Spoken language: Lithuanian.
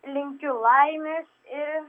linkiu laimės ir